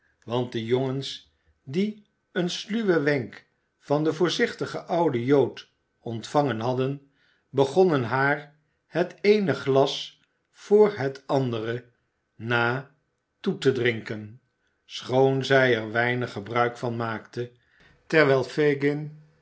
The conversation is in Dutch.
want de jongens die een sluwen wenk van den voorzichtigen ouden jood ontvangen hadden begonnen haar het eene glas voor het andere na toe te drinken schoon zij er weinig gebruik van maakte terwijl fagin